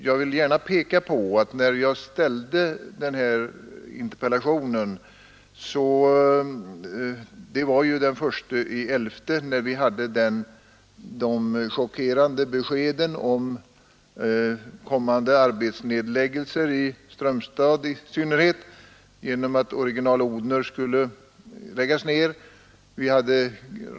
Jag ställde interpellationen den 1 november när vi hade fått de chockerande beskeden om kommande arbetsnedläggelse i synnerhet i Strömstad genom att Original-Odhner skulle läggas ned.